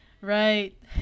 right